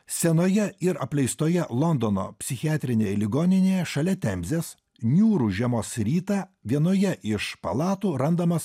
senoje ir apleistoje londono psichiatrinėj ligoninėje šalia temzės niūrų žiemos rytą vienoje iš palatų randamas